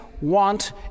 want